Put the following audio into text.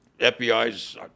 FBI's